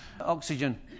Oxygen